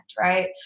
right